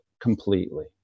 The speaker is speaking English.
completely